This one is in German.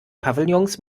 pavillons